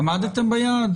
עמדתם ביעד?